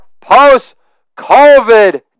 post-COVID